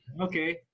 Okay